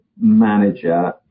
manager